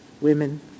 women